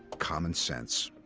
common sense.